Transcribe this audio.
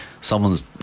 someone's